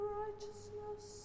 righteousness